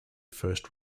first